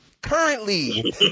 Currently